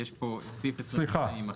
יש כאן את סעיף 22 יימחק.